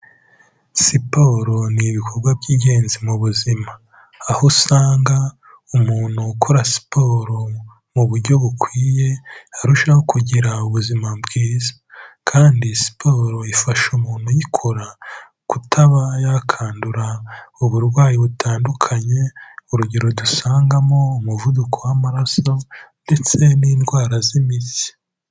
Siporo ni ibikorwa by'ingenzi mu buzima. Aho usanga umuntu ukora siporo mu buryo bukwiye arushaho kugira ubuzima bwiza. Kandi siporo ifasha umuntuyikora kutaba yakandura uburwayi butandukanye urugero dusangamo umuvuduko w'amaraso ndetse n'indwara z'imitsi.